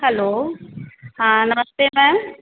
hello हाँ नमस्ते ma'am